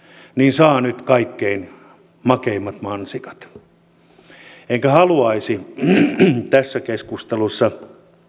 saa nyt kaikkein makeimmat mansikat enkä haluaisi tässä keskustelussa